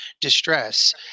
distress